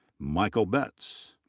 michael betz.